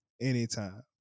anytime